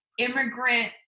immigrant